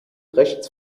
rechts